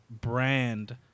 brand